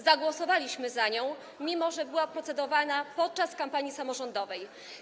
Zagłosowaliśmy za nią, mimo że była procedowana podczas kampanii samorządowej.